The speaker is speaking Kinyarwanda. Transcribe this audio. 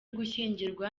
gushyingirwa